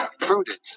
Prudence